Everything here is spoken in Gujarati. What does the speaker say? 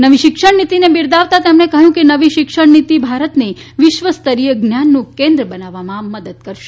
નવી શિક્ષણ નીતિને બિરદાવતા તેમણે કહ્યું કે નવી શિક્ષણ નીતિ ભારતને વિશ્વસ્તરીય જ્ઞાનનું કેન્દ્ર બનાવવામાં મદદ કરશે